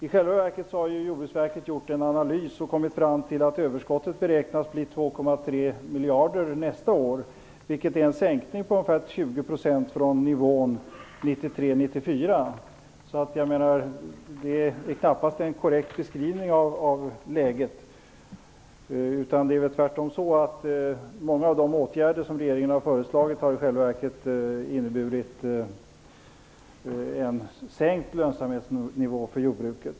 I själva verket har Jordbruksverket gjort en analys och kommit fram till att överskottet nästa år beräknas att bli 2,3 miljarder, vilket är en sänkning med ca 20 % jämfört med nivån 1993/94. Maggi Mikaelsson gav knappast en korrekt beskrivning av läget. Tvärtom har många av de åtgärder som regeringen har föreslagit inneburit en sänkt lönsamhetsnivå för jordbruket.